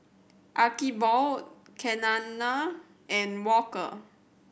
Archibald Keanna and Walker